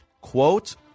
quote